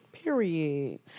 Period